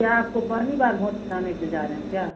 क्या आपको पहली बार व्होट गिराने के लिए जा रहे हैं क्या